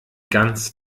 ganz